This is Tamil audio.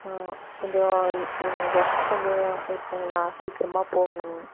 கொஞ்சம் ஒர்க்கு கொஞ்சம் இருக்குங்கண்ணா சீக்கிரமா போகணும்ங்க